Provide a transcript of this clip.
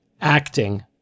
acting